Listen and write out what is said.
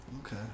Okay